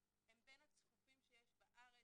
הם בין הצפופים שיש בארץ,